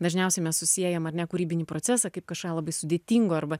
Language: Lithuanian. dažniausiai mes susiejam ar ne kūrybinį procesą kaip kažką labai sudėtingo arba